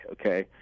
Okay